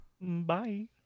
Bye